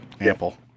Ample